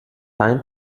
time